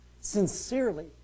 sincerely